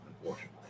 unfortunately